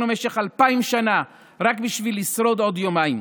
משך אלפיים שנה רק בשביל לשרוד עוד יומיים.